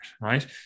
right